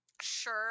sure